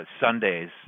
Sundays